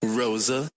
rosa